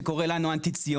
שקורא לנו - אנטי-ציונים.